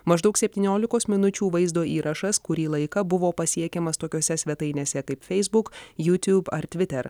maždaug septyniolikos minučių vaizdo įrašas kurį laiką buvo pasiekiamas tokiose svetainėse kaip facebook youtube ar twitter